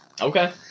Okay